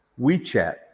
WeChat